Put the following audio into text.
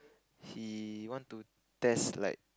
he want to test like